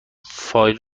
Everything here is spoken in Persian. فایل